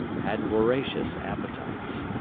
had voracious appetites.